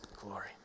glory